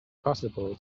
possible